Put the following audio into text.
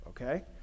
Okay